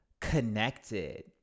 connected